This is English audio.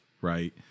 right